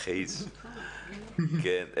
כלומר,